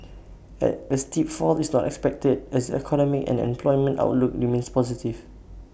at A steep fall is not expected as the economic and employment outlook remains positive